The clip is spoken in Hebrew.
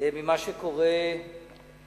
ממה שקורה במדינה.